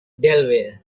delaware